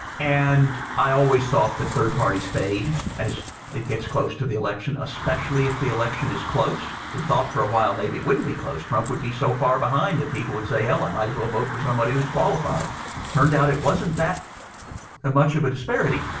and i always thought that third parties fade as it gets close to the election, especially if the election is close. we thought for a while maybe it wouldn't be close. trump would be so far behind that people would say, hell, i might as well vote for somebody who's qualified. it like turned out it wasn't that much of a disparity.